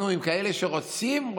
אנחנו, עם כאלה שרק רוצים,